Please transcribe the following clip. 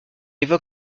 évoque